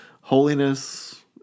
holiness